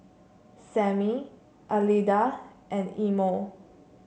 Sammy Alida and Imo